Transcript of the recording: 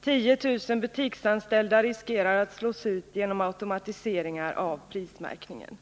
10000 butiksanställda riskerar att slås ut genom automatiseringar av prismärkningen.